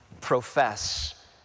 profess